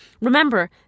Remember